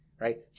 right